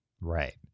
Right